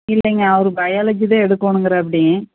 இல்லைங்க அவரு பயாலஜி தான் எடுக்கணுன்றாப்டி